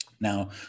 Now